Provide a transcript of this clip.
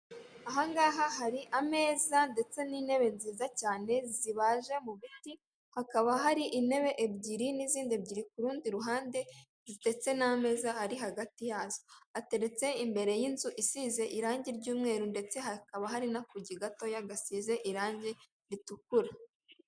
Ahangaha hari ameza ndetse n'intebe nziza cyane zibaje mu biti hakaba hari intebe ebyiri n'izindi ebyiri ku rundi ruhande ndetse n'amezaza ari hagati yazo ateretse imbere y'inzu isize irangi ry'umweru ndetse hakaba hari n'akugi gatoya gasize irangi ritukura.